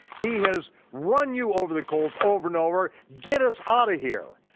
he has run you over the coals over and over, get us out of here.